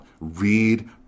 Read